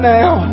now